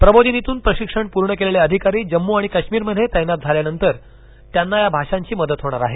प्रबोधिनीतून प्रशिक्षण पूर्ण केलेले अधिकारी जम्मू आणि काश्मीरमध्ये तैनात झाल्यानंतर त्यांना या भाषांची मदत होणार आहे